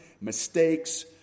mistakes